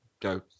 go